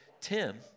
Tim